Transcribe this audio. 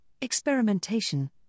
experimentation